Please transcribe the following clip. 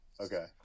Okay